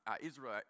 Israel